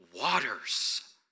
waters